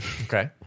Okay